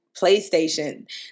PlayStation